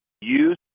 Use